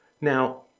Now